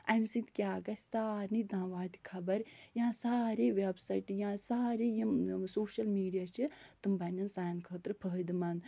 اَمہِ سۭتۍ کیٛاہ گژھِ سارنی تام واتہِ خبر یا سارے ویبسایٹہٕ یا سارے یِم سوشَل میٖڈِیا چھِ تِم بَنن سانہِ خٲطرٕ فٲیِدٕ منٛد